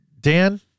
Dan